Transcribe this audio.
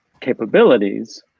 capabilities